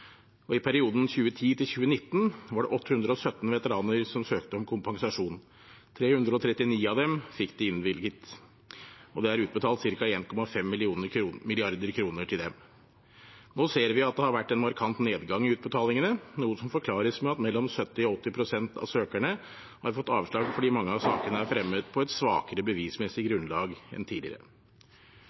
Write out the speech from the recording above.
og psykisk. Mange skader oppdages først flere år etter tjeneste. I perioden 2010–2019 var det 817 veteraner som søkte om kompensasjon. 339 av dem fikk det innvilget, og det er utbetalt ca. 1,5 mrd. kr til dem. Nå ser vi at det har vært en markant nedgang i utbetalingene, noe som forklares med at mellom 70 og 80 pst. av søkerne har fått avslag fordi mange av sakene er fremmet på et svakere bevismessig grunnlag enn tidligere.